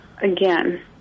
again